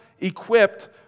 equipped